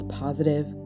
positive